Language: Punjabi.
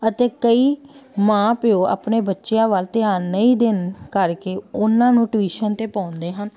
ਅਤੇ ਕਈ ਮਾਂ ਪਿਓ ਆਪਣੇ ਬੱਚਿਆਂ ਵੱਲ ਧਿਆਨ ਨਹੀਂ ਦੇਣ ਕਰਕੇ ਉਹਨਾਂ ਨੂੰ ਟਿਊਸ਼ਨ 'ਤੇ ਪਾਉਂਦੇ ਹਨ